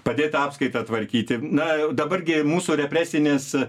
padėti apskaitą tvarkyti na dabar gi mūsų represinės